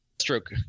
Stroke